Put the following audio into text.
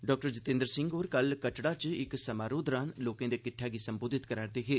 डॉ जितेंद्र सिंह होर कल कटड़ा च इक समारोह दौरान लोकें दे किट्ठै गी संबोधित करै करदे हे